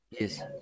Yes